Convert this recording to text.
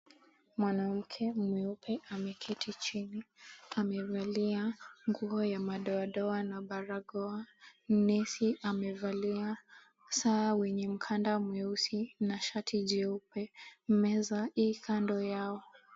Mwanamke mweupe ameketi chini, amevalia nguo ya madoadoa na barakoa. Nesi amevalia saa wenye mkada mweusi na shati jeupe. Meza i kando yao.